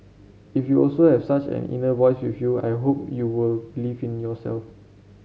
if you also have such an inner voice with you I hope you will believe in yourself